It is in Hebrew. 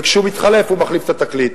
וכשהוא מתחלף הוא מחליף את התקליט.